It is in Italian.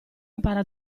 impara